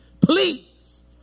Please